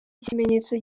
ikimenyetso